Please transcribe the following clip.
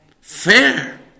fair